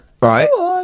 right